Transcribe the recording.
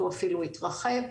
הוא אפילו התרחב.